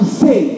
say